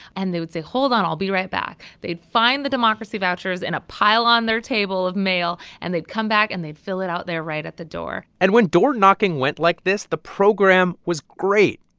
and they would say, hold on. i'll be right back. they'd find the democracy vouchers in a pile on their table of mail, and they'd come back and they'd fill it out there, right at the door and when door-knocking went like this, the program was great.